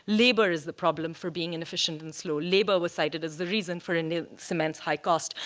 labor is the problem for being inefficient and slow. labor was cited as the reason for india's cement high cost.